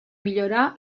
millorar